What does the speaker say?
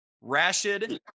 Rashid